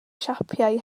siapau